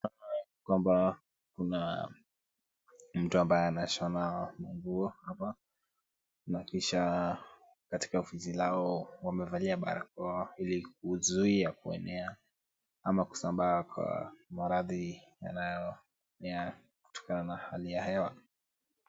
Naona kwamba kuna mtu ambaye anashona manguo na kisha katika ofisi yao wamevalia barakoa ili kuzuia kuenea au kusambaa kwa maradhi yanayotokana na hali ya hewa.